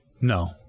No